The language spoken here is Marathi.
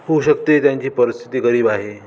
होऊ शकते त्यांची परिस्थिती गरीब आहे